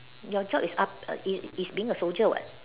your job is up err is is being a soldier what